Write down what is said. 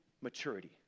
maturity